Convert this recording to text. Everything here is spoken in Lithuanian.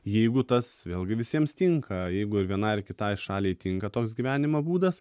jeigu tas vėlgi visiems tinka jeigu ir vienai ar kitai šaliai tinka toks gyvenimo būdas